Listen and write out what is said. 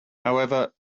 however